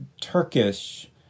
Turkish